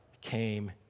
came